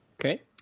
Okay